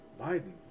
Biden